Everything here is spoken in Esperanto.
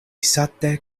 sate